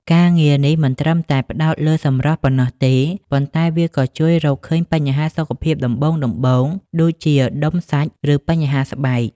ការងារនេះមិនត្រឹមតែផ្ដោតលើសម្រស់ប៉ុណ្ណោះទេ ប៉ុន្តែវាក៏ជួយរកឃើញបញ្ហាសុខភាពដំបូងៗ ដូចជាដុំសាច់ ឬបញ្ហាស្បែក។